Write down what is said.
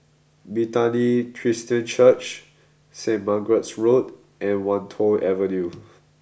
Bethany Christian Church Saint Margaret's Road and Wan Tho Avenue